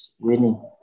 winning